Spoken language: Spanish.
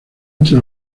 entre